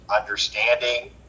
understanding